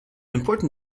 important